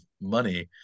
money